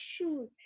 shoes